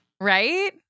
Right